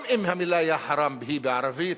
גם אם המלה "יא-חראם" היא בערבית,